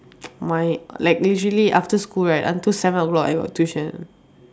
my like usually after school right until seven o-clock I got tuition